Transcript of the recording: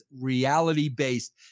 reality-based